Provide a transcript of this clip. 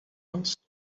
asked